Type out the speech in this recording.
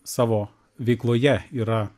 savo veikloje yra